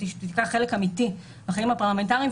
תיקח חלק אמיתי בחיים הפרלמנטריים,